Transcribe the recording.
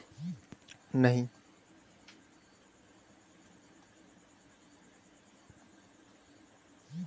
एकर गणना सामान्यतः वेतनक प्रतिशत के रूप मे कैल जाइ छै